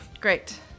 Great